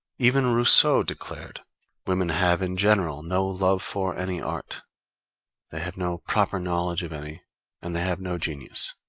even rousseau declared women have, in general, no love for any art they have no proper knowledge of any and they have no genius.